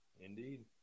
Indeed